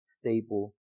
stable